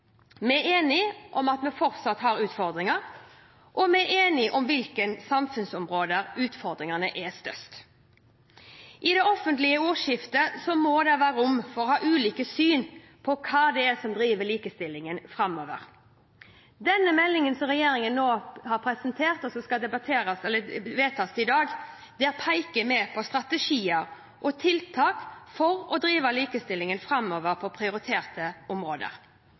Vi er enige om at vi fortsatt har utfordringer, og vi er enige om på hvilke samfunnsområder utfordringene er størst. I det offentlige ordskiftet må det være rom for å ha ulike syn på hva som driver likestillingen framover. I denne meldingen som regjeringen nå har presentert, og som debatteres i dag, peker vi på strategier og tiltak for å drive likestillingen framover på prioriterte områder.